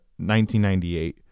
1998